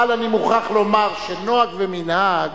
אבל אני מוכרח לומר שנוהג ומנהג